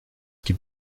qu’il